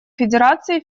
федерации